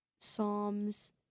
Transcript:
Psalms